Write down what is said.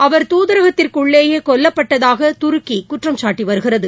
அவர் துாதரகத்திற்குள்ளேயேகொல்லப்பட்டதாகதுருக்கிகுற்றம்சாட்டிவருகிறது